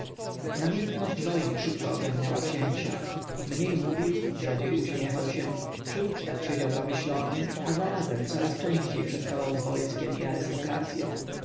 namiętność wojny szybko ogarniała księcia mniej mówił rzadziej uśmiechał się przy ucztach siedział zamyślony a zarazem coraz częściej przestawał z wojskiem i